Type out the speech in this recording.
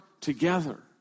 together